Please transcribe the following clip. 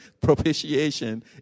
propitiation